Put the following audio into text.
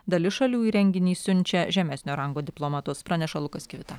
dalis šalių į renginį siunčia žemesnio rango diplomatus praneša lukas kivita